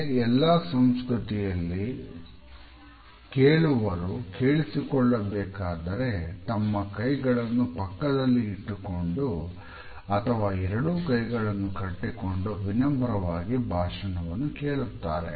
ಹಾಗೆಯೇ ಎಲ್ಲ ಸಂಸ್ಕೃತಿಯಲ್ಲಿ ಕೇಳುವರು ಕೇಳಿಸಿಕೊಳ್ಳಬೇಕಾದರೆ ತಮ್ಮ ಕೈಗಳನ್ನು ಪಕ್ಕದಲ್ಲಿ ಇಟ್ಟುಕೊಂಡು ಅಥವಾ ಎರಡೂ ಕೈಗಳನ್ನು ಕಟ್ಟಿಕೊಂಡು ವಿನಮ್ರವಾಗಿ ಭಾಷಣವನ್ನು ಕೇಳುತ್ತಾರೆ